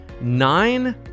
nine